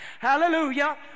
Hallelujah